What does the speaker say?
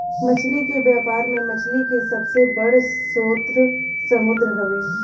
मछली के व्यापार में मछली के सबसे बड़ स्रोत समुंद्र हवे